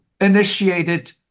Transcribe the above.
initiated